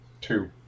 two